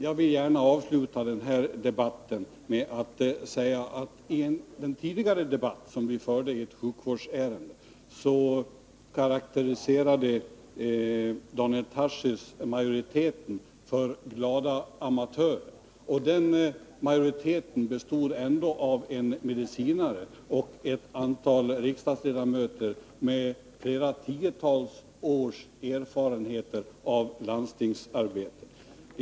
Jag vill gärna avsluta den här debatten med att påminna om att i den tidigare debatt som vi förde i sjukvårdsärenden karakteriserade Daniel Tarschys majoriteten som glada amatörer. Den majoriteten bestod ändå av en medicinare och ett antal riksdagsledamöter med flera tiotals års erfarenheter av landstingsarbete.